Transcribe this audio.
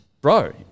bro